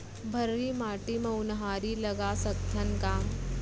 भर्री माटी म उनहारी लगा सकथन का?